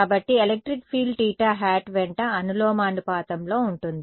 కాబట్టి electric field θ వెంట అనులోమానుపాతంలో ఉంటుంది